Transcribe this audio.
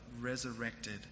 resurrected